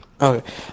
Okay